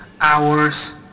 hours